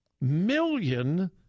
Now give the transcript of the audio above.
million